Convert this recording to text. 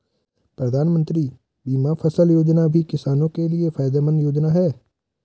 प्रधानमंत्री बीमा फसल योजना भी किसानो के लिये फायदेमंद योजना है